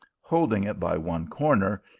holding it by one corner,